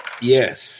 yes